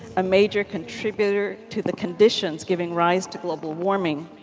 a major contributor to the conditions giving rise to global warming,